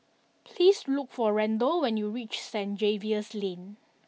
please look for Randall when you reach Stain Xavier's Lane